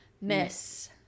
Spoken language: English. miss